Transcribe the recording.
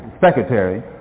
secretary